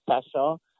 special